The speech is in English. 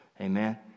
Amen